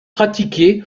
pratiqué